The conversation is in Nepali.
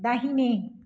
दाहिने